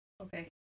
Okay